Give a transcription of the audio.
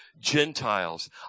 Gentiles